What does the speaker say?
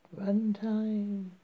runtime